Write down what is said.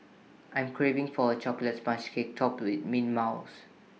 I am craving for A Chocolate Sponge Cake Topped with Mint Mousse